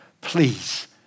please